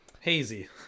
Hazy